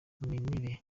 mirire